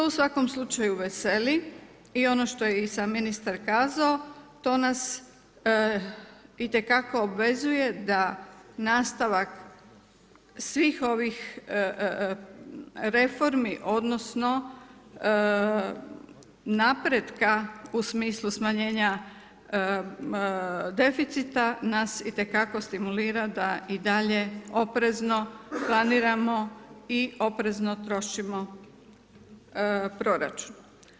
To u svakom slučaju veseli i ono što je i sam ministar kazao, to nas itekako obvezuje da nastavak svih ovih reformi, odnosno napretka u smislu smanjenja deficita nas itekako stimulira da i dalje oprezno planiramo i oprezno trošimo proračun.